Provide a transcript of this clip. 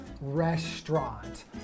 restaurant